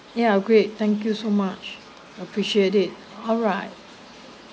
ya great thank you so much appreciate it alright